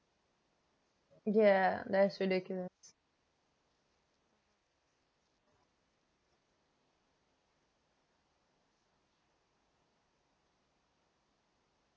yeah that's ridiculous